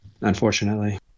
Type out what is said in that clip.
unfortunately